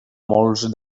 molts